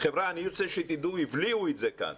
חבריה אני רוצה שתדעו, הבליעו את זה כאן,